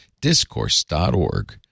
Discourse.org